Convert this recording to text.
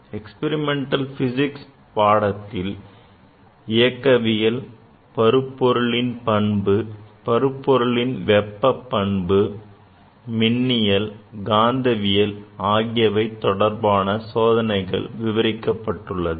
Experimental Physics I பாடத்தில் இயக்கவியல் பருப்பொருளின் பண்பு பருப்பொருளின் வெப்ப பண்பு மின்னியல் காந்தவியல் ஆகியவை தொடர்பான சோதனைகள் விவரிக்கப்பட்டுள்ளது